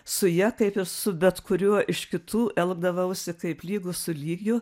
su ja kaip ir su bet kuriuo iš kitų elgdavausi kaip lygus su lygiu